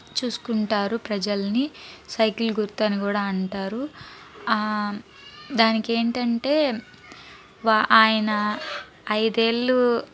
చూసుకుంటారు ప్రజల్ని సైకిల్ గుర్తు అని కూడా అంటారు దానికి ఏంటంటే వా ఆయన ఐదేళ్ళు